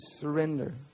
surrender